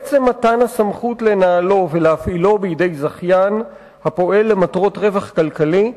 עצם מתן הסמכות לנהלו ולהפעילו בידי זכיין הפועל למטרות רווח כלכלי,